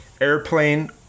Airplane